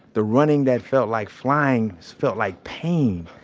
the running that felt like flying felt like pain.